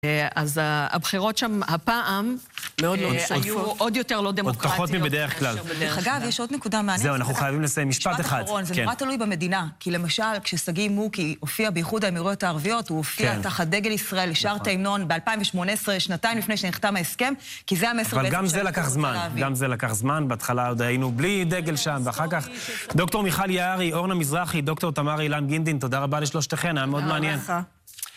אז הבחירות שם, הפעם, מאוד לא נוספות. היו עוד יותר לא דמוקרטיות. עוד פחות מבדרך כלל. דרך אגב, יש עוד נקודה מעניינת. זהו, אנחנו חייבים לסיים. משפט אחרון, זה נורא תלוי במדינה. כי למשל, כששגיא מוקי הופיע באיחוד האמירויות הערביות, הוא הופיע תחת דגל ישראל, ושר את ההמנון, ב-2018, שנתיים לפני שנחתם ההסכם, כי זה המסר בעצם של הקורס הערבי. גם זה לקח זמן. בהתחלה עוד היינו בלי דגל שם, ואחר כך דוקטור מיכל יערי, אורנה מזרחי, דוקטור תמר אילן גינדין. תודה רבה לשלושתכן, היה מאוד מעניין.